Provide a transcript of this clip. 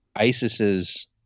ISIS's